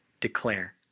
declare